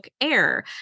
Air